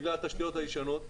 בגלל התשתיות הישנות.